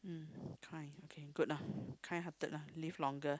mm kind okay good lah kind hearted lah live longer